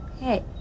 Hey